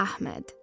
Ahmed